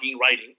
writing